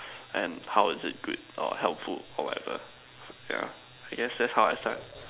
and how is it good or helpful or whatever yeah I guess that's how I start